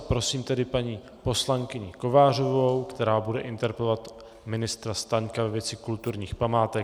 Prosím tedy paní poslankyni Kovářovou, která bude interpelovat ministra Staňka ve věci kulturních památek.